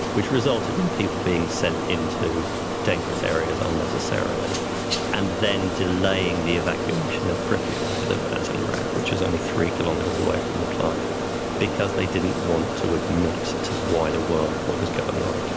which resulted in people being sent into dangerous areas unnecessarily and then delaying the evacuation of pripyat of the atom grad which is only three kilometers away from the plant because they didn't want to admit to the wider world what was going on.